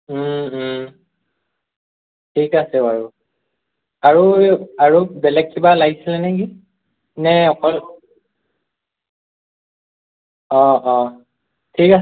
ঠিক আছে বাৰু আৰু আৰু বেলেগ কিবা লাগিছিল নেকি নে অকল অ' অ' ঠিক আছে